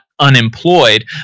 unemployed